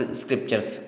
scriptures